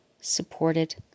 supported